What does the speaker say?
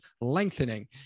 lengthening